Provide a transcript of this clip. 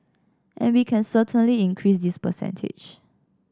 and we can certainly increase this percentage